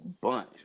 bunch